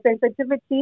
sensitivity